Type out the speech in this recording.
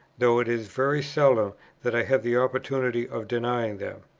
though it is very seldom that i have the opportunity of denying them.